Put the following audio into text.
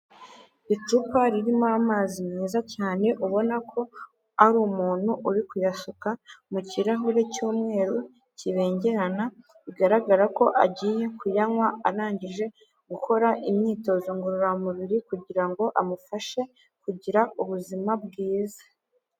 Icupa ririmo amazi meza cyane ubona ko ari umuntu uri kuyasuka mu kirahure cy'umweru kibengerana bigaragara ko agiye kuyanywa arangije gukora imyitozo ngororamubiri kugirango ngo amufashe kugira ubuzima bwiza.